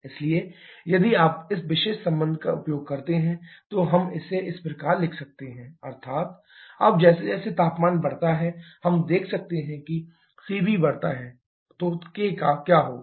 kCpCv इसलिए यदि आप इस विशेष संबंध का उपयोग करते हैं तो हम इसे इस प्रकार लिख सकते हैं CvRCv अर्थात k1RCv अब जैसे जैसे तापमान बढ़ता है हम देख सकते हैं कि Cv बढ़ता है तो k का क्या होगा